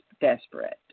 desperate